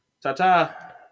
Ta-ta